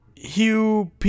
Hugh